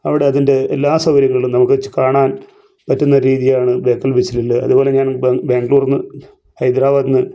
അവിടെ അതിൻ്റെ എല്ലാ സൗകര്യങ്ങളും നമുക്ക് കാണാൻ പറ്റുന്ന ഒരു രീതിയാണ് ബേക്കൽ ബീച്ചിലുള്ളത് അതുപോലെ ഞാന് ബാംഗ്ലൂരിൽ നിന്ന് ഹൈദരാബാദിൽ നിന്ന്